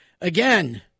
again